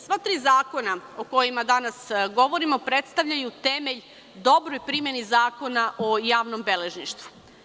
Sva ti zakona o kojima danas govorimo predstavljaju temelj dobroj primeni Zakona o javnom beležništvu.